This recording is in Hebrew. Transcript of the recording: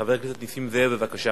חבר הכנסת נסים זאב, בבקשה.